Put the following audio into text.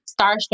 starstruck